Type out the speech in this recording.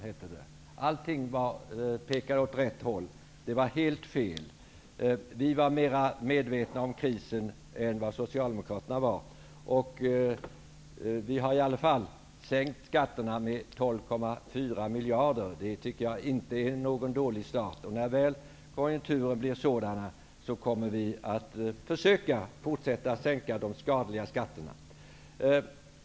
Han menade att allting pekade åt rätt håll, men det var helt fel. Vi var mera medvetna om krisen än vad Vi har i alla fall sänkt skatterna med 12,4 miljarder, och det är ingen dålig start. När väl konjunkturerna tillåter det kommer vi också att fortsätta att sänka de skadliga skatterna.